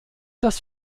das